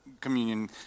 communion